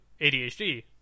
adhd